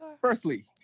Firstly